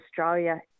Australia